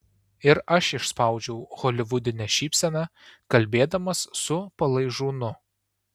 ir aš išspaudžiau holivudinę šypseną kalbėdamas su palaižūnu